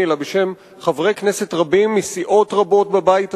אלא בשם חברי כנסת רבים מסיעות רבות בבית הזה,